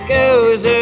goes